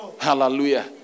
Hallelujah